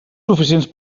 suficients